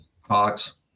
Hawks